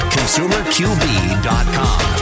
ConsumerQB.com